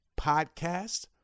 podcast